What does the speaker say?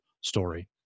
story